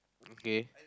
okay